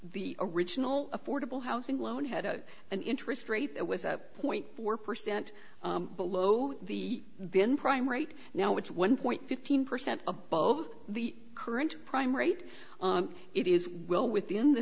the original affordable housing loan had a an interest rate that was a point four percent below the been prime rate now it's one point fifteen percent above the current prime rate it is well within the